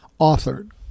authored